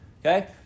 Okay